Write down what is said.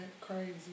crazy